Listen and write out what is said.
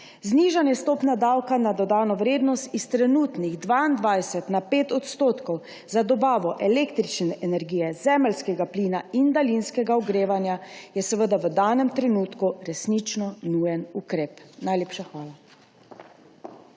Znižanje stopnje davka na dodano vrednost s trenutnih 22 na 5 % za dobavo električne energije, zemeljskega plina in daljinskega ogrevanja je seveda v danem trenutku resnično nujen ukrep. Najlepša hvala.